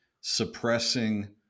suppressing